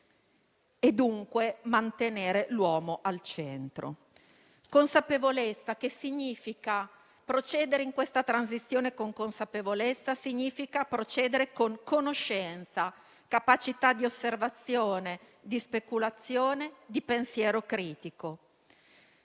e, dunque, di mantenere l'uomo al centro. Consapevolezza nel senso di procedere in questa transizione con consapevolezza; che significa procedere con conoscenza, capacità di osservazione, di speculazione, di pensiero critico.